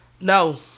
No